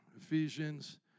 Ephesians